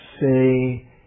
Say